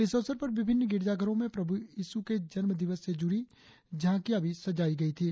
इस अवसर पर विभिन्न गिरजाघरों में प्रभू ईश्म के जन्म दिवस से जुड़ी झांकिया भी सजाई गई थी